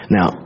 Now